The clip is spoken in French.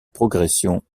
progression